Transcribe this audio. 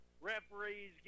referees